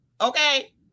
okay